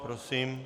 Prosím.